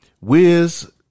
Wiz